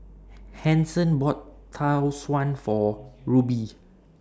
Hanson bought Tau Suan For Rubye